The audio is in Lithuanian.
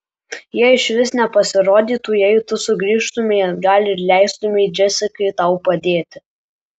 jie išvis nepasirodytų jei tu sugrįžtumei atgal ir leistumei džesikai tau padėti